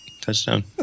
Touchdown